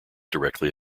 directly